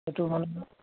সেইটো মানে